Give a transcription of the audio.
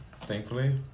thankfully